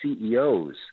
CEOs